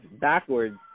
backwards